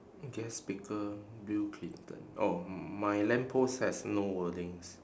guest speaker bill clinton oh m~ my lamp post has no wordings